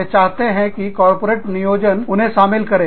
वे चाहते है कि कॉरपोरेट्स नियोजन उन्हें शामिल करें